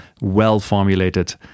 well-formulated